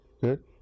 Good